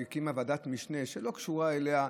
שהקימה ועדת משנה שלא קשורה אליה,